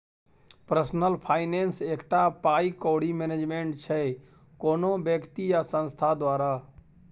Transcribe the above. personal finance एकटा पाइ कौड़ी मैनेजमेंट छै कोनो बेकती या संस्थान द्वारा